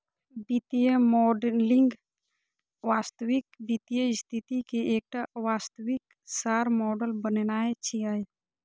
वित्तीय मॉडलिंग वास्तविक वित्तीय स्थिति के एकटा वास्तविक सार मॉडल बनेनाय छियै